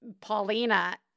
Paulina